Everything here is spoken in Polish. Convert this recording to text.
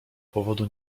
powodu